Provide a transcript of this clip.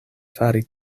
fari